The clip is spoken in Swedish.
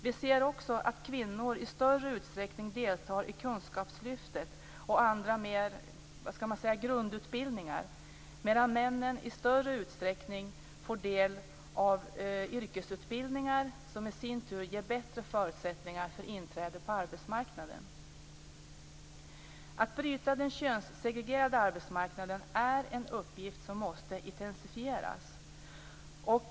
Vi ser också att kvinnor i större utsträckning deltar i kunskapslyftet och mer grundutbildningar, medan männen i större utsträckning får del av yrkesutbildningar som i sin tur ger bättre förutsättningar för inträde på arbetsmarknaden. Att bryta den könssegregerade arbetsmarknaden är en uppgift som måste intensifieras.